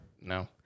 No